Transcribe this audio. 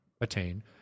attain